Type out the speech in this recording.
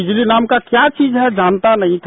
बिजली नाम की क्या चीज होती है जानता नहीं था